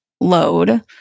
load